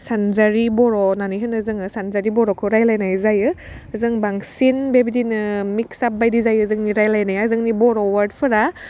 सानजारि बर' होननानै होनो जोङो सानजारि बर'खौ रायलायनाय जायो जों बांसिन बेबायदिनो मिक्साब बायदि जायो जोंनि रायलायनाया जोंनि बर' अवार्दफोरा